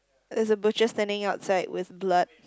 there's a butcher standing outside with blood